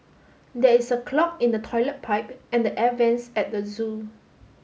there is a clog in the toilet pipe and the air vents at the zoo